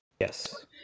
Yes